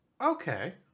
okay